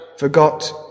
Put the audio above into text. Forgot